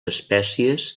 espècies